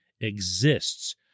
exists